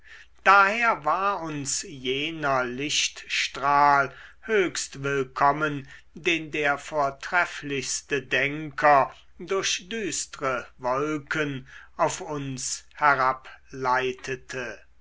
daher war uns jener lichtstrahl höchst willkommen den der vortrefflichste denker durch düstre wolken auf uns